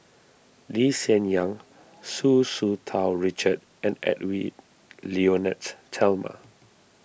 Lee Hsien Yang Tsu Tsu Tau Richard and Edwy Lyonet Talma